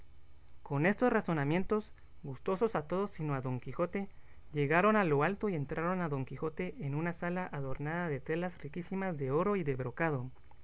con estos razonamientos gustosos a todos sino a don quijote llegaron a lo alto y entraron a don quijote en una sala adornada de telas riquísimas de oro y de brocado